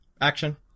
Action